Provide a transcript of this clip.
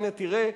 הנה תראה,